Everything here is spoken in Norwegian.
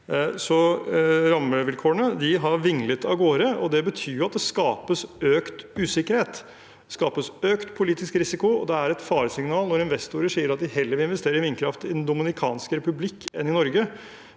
Rammevilkårene har altså vinglet av gårde, og det betyr at det skapes økt usikkerhet og økt politisk risiko. Det er et faresignal når investorer sier at de heller vil investere i vindkraft i Den dominikanske republikk enn i Norge